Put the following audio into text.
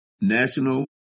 national